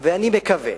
אני מקווה